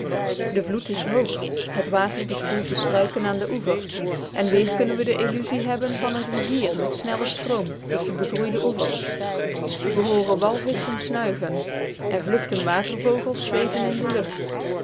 de vloed is hoog het water bespoelt de struiken aan den oever en weer kunnen we de illusie hebben van een rivier met snellen stroom tusschen begroeide oevers we hooren walvisschen snuiven en vluchten watervogels zweven in de lucht